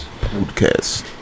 Podcast